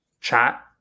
chat